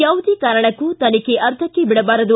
ಯಾವುದೇ ಕಾರಣಕ್ಕೂ ತನಿಖೆ ಅರ್ಧಕ್ಕೆ ಕೈಬಿಡಬಾರದು